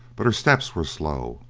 but her steps were slow,